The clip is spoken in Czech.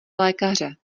lékaře